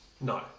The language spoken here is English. No